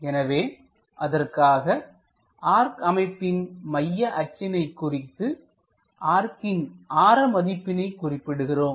எனவே அதற்காக ஆர்க் அமைப்பின் மைய அச்சினை குறித்து ஆர்கின் ஆரமதிப்பினை குறிப்பிடுகிறோம்